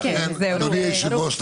אדוני היושב-ראש,